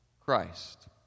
Christ